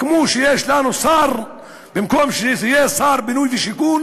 כמו שיש לנו שר שבמקום שיהיה שר בינוי ושיכון